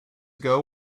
ago